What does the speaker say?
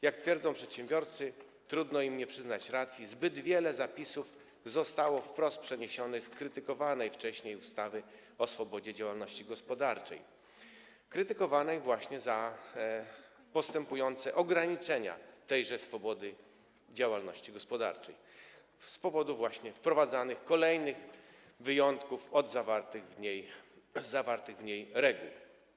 Jak twierdzą przedsiębiorcy - trudno im nie przyznać racji - zbyt wiele zapisów zostało wprost przeniesionych z krytykowanej wcześniej ustawy o swobodzie działalności gospodarczej, krytykowanej właśnie za postępujące ograniczenia tejże swobody działalności gospodarczej z powodu wprowadzanych kolejnych wyjątków od zawartych w niej reguł.